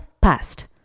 past